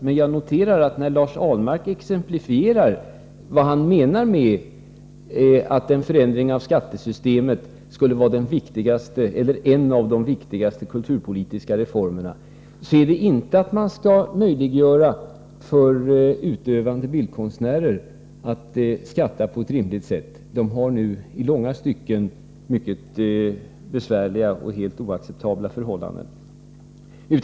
Men jag noterar att när Lars Ahlmark exemplifierar vad han menar med att en förändring av skattesystemet skulle vara en av de viktigaste kulturpolitiska reformerna, är det inte att man skall möjliggöra för utövande bildkonstnärer att skatta på ett rimligt sätt. De har nu i långa stycken mycket besvärliga och helt oacceptabla förhållanden.